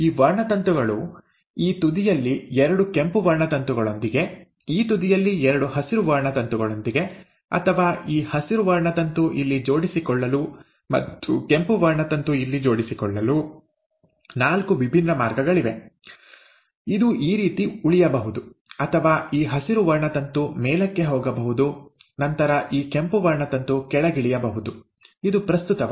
ಈ ವರ್ಣತಂತುಗಳು ಈ ತುದಿಯಲ್ಲಿ ಎರಡು ಕೆಂಪು ವರ್ಣತಂತುಗಳೊಂದಿಗೆ ಈ ತುದಿಯಲ್ಲಿ ಎರಡು ಹಸಿರು ವರ್ಣತಂತುಗಳೊಂದಿಗೆ ಅಥವಾ ಈ ಹಸಿರು ವರ್ಣತಂತು ಇಲ್ಲಿ ಜೋಡಿಸಿಕೊಳ್ಳಲು ಮತ್ತು ಕೆಂಪು ವರ್ಣತಂತು ಇಲ್ಲಿ ಜೋಡಿಸಿಕೊಳ್ಳಲು ನಾಲ್ಕು ವಿಭಿನ್ನ ಮಾರ್ಗಗಳಿವೆ ಇದು ಈ ರೀತಿ ಉಳಿಯಬಹುದು ಅಥವಾ ಈ ಹಸಿರು ವರ್ಣತಂತು ಮೇಲಕ್ಕೆ ಹೋಗಬಹುದು ನಂತರ ಈ ಕೆಂಪು ವರ್ಣತಂತು ಕೆಳಗಿಳಿಯಬುದು ಇದು ಪ್ರಸ್ತುತವಲ್ಲ